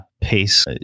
pace